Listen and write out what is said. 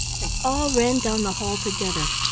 and all ran down the hall together,